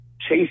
Chase